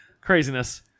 Craziness